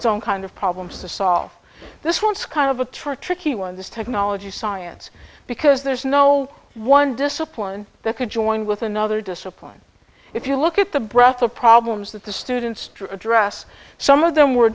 own kind of problems to solve this one is kind of a trick tricky one this technology science because there's no one discipline that could join with another discipline if you look at the breath of problems that the students address some of them were